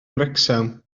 wrecsam